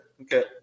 okay